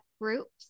groups